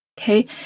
okay